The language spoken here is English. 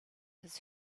his